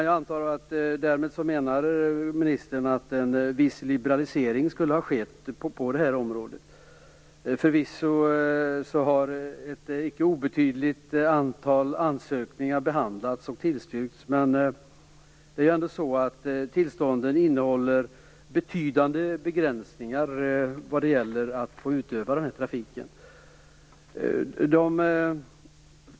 Jag antar att ministern menar att en viss liberalisering därmed skulle ha skett på detta område. Ett icke obetydligt antal ansökningar har förvisso behandlats och tillstyrkts, men tillstånden innehåller betydande begränsningar vad det gäller att få utöva trafiken.